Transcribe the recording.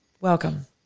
welcome